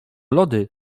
lody